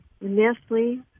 Nestle